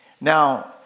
Now